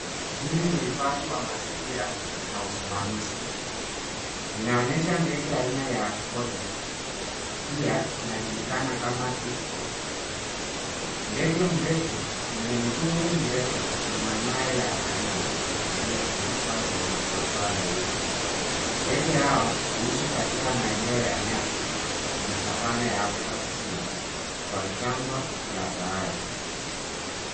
Hili ni uhifadhi wa mazingira na usimamizi inaonesha ndege aina ya Spotted pia inajulikana kama tiko. Ndege mrefu wenye miguu mirefu na manyoa ya kahawia yaliyofunikwa na madoadoa meusi, ndege hawa huishi katika maeneo ya nyasi na savana ya afrika kusini kwa jangwa la Sahara .